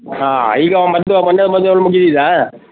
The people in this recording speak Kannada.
ಹಾಂ ಈಗ ಮದ್ದು ಮೊನ್ನೆದು ಮದ್ದು ಎಲ್ಲ ಮುಗಿದಿದಾ